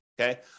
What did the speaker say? okay